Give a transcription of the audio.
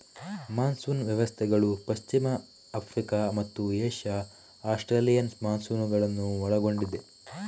monsoon ವ್ಯವಸ್ಥೆಗಳು ಪಶ್ಚಿಮ Africa ಮತ್ತು ಏಷ್ಯಾ ಆಸ್ಟ್ರೇಲಿಯನ್ ಮಾನ್ಸೂನುಗಳನ್ನು ಒಳಗೊಂಡಿವೆ